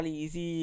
easy